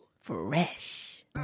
Fresh